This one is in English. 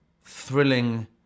thrilling